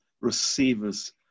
receivers